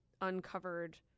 uncovered